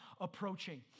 approaching